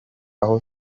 aho